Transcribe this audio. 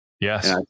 Yes